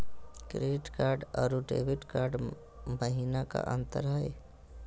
Credit card अरू debit card महिना का अंतर हई?